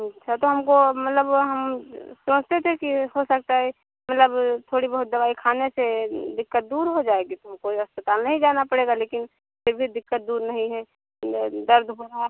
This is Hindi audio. अच्छा तो हमको मतलब हम सोचते थे कि हो सकता है मतलब थोड़ी बहुत दवाई खाने से दिक्कत दूर हो जाएगी तो हमें कोई अस्पताल नहीं जाना पड़ेगा लेकिन फिर भी दिक्कत दूर नहीं है दर्द बढ़ा है